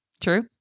True